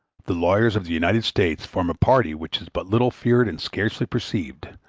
the lawyers of the united states form a party which is but little feared and scarcely perceived,